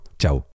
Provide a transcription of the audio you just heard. Ciao